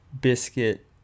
biscuit